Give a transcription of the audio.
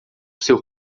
seu